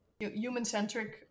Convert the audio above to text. Human-centric